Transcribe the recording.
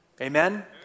Amen